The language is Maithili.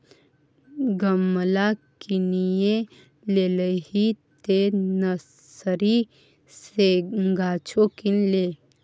गमला किनिये लेलही तँ नर्सरी सँ गाछो किन ले